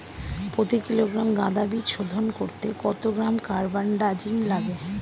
প্রতি কিলোগ্রাম গাঁদা বীজ শোধন করতে কত গ্রাম কারবানডাজিম লাগে?